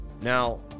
now